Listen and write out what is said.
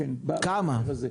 כמה?